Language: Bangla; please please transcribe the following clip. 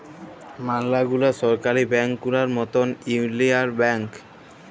ম্যালা গুলা সরকারি ব্যাংক গুলার মতল ইউলিয়াল ব্যাংক